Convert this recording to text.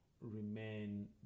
remain